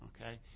Okay